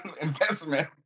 investment